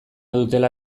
dutela